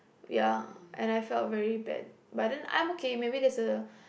ya and I felt very bad but then I'm okay maybe there's a